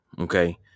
okay